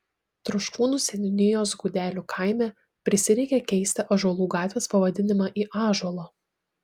troškūnų seniūnijos gudelių kaime prisireikė keisti ąžuolų gatvės pavadinimą į ąžuolo